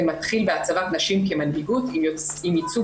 זה מתחיל בהצבת נשים כמנהיגות עם ייצוג